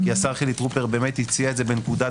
כי השר חילי טרופר באמת הציע את זה בנקודת